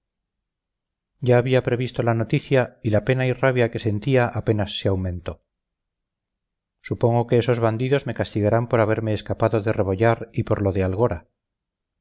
ya había previsto la noticia y la pena y rabia que sentía apenas se aumentó supongo que estos bandidos me castigarán por haberme escapado de rebollar y por lo de algora